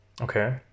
Okay